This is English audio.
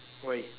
why